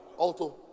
Alto